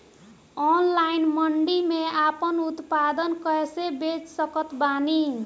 Online मंडी मे आपन उत्पादन कैसे बेच सकत बानी?